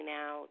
now